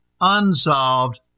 unsolved